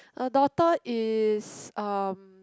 a daughter is uh